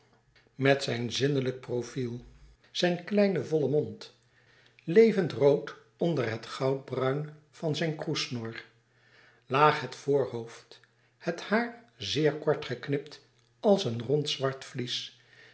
met zijn zinnelijk profiel zijn kleinen vollen mond levend rood onder het goudbruin van zijn kroessnor laag het voorhoofd het haar zeer kort geknipt als een rond zwart vlies